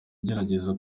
igerageza